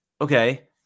Okay